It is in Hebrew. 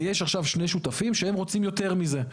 ויש עכשיו שני שותפים שהם רוצים יותר מזה.